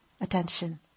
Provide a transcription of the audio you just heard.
attention